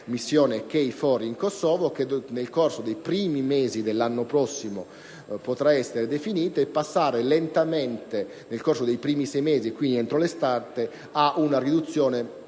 missione KFOR in Kosovo, che nel corso dei primi mesi dell'anno prossimo potrà essere meglio definita. Si passerà così lentamente, nel corso dei primi sei mesi e quindi entro l'estate, ad una riduzione probabilmente